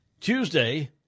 Tuesday